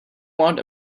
want